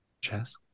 Chess